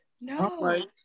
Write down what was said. no